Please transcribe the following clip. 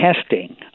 testing